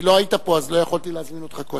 לא היית פה אז לא יכולתי להזמין אותך קודם.